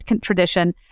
tradition